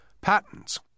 patents